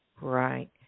Right